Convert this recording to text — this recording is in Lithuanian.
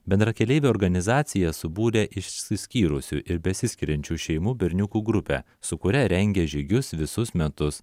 bendrakeleivio organizacija subūrė išsiskyrusių ir besiskiriančių šeimų berniukų grupę su kuria rengia žygius visus metus